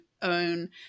own